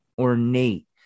ornate